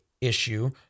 issue